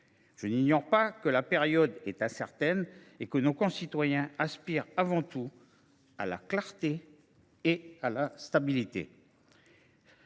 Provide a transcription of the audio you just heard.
Je n’ignore pas que la période est incertaine et que nos concitoyens aspirent avant tout à la clarté et à la stabilité.